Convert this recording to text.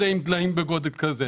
בדליים בגודל כזה.